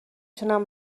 تونم